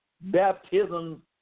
baptism